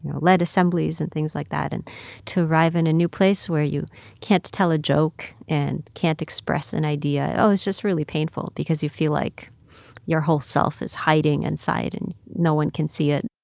led assemblies and things like that. and to arrive in a new place where you can't tell a joke and can't express an idea oh, it's just really painful because you feel like your whole self is hiding inside and no one can see it.